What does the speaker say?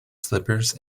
slippers